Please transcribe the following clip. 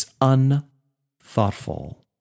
unthoughtful